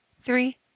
three